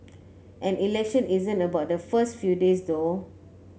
an election isn't about the first few days though